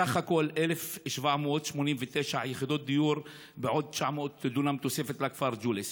בסך הכול 1,789 יחידות דיור ועוד 900 דונם תוספת לכפר ג'וליס.